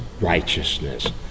righteousness